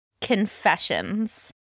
Confessions